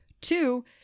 Two